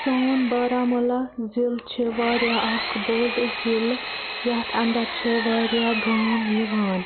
سون بارہمولَہ ضِلعہٕ چھُ واریاہ اَکھ بوٚڈ ضِلعہٕ یَتھ اَنٛدَر چھِ واریاہ گام یِوان